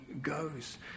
goes